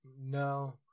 No